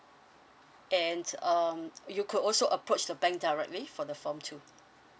and um you could also approach the bank directly for the form too